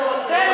אתה ילד לא רצוי.